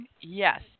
Yes